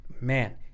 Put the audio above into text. Man